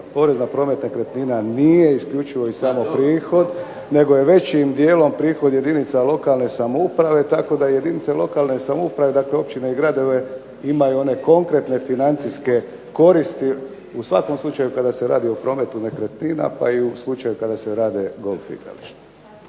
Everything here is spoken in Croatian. Porez na promet nekretnina nije isključivo i samo prihod, nego je većim dijelom prihod jedinica lokalne samouprave, tako da jedinica lokalne samouprave, dakle općine i gradove imaju one konkretne financijske koristi, u svakom slučaju kada se radi o prometu nekretnina, pa i u slučaju kada se rade golf igrališta.